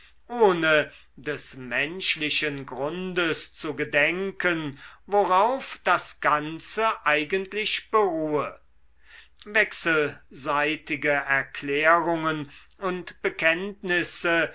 ohne des menschlichen grundes zu gedenken worauf das ganze eigentlich beruhe wechselseitige erklärungen und bekenntnisse